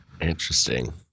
Interesting